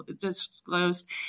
disclosed